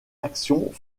actions